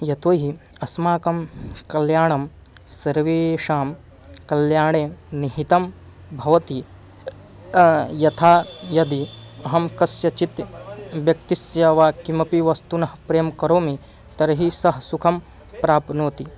यतो हि अस्माकं कल्याणं सर्वेषां कल्याणे निहितं भवति यथा यदि अहं कस्यचित् व्यक्तिस्य वा किमपि वस्तुनः प्रेम करोमि तर्हि सः सुखं प्राप्नोति